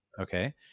Okay